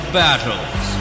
battles